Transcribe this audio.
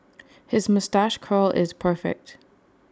his moustache curl is perfect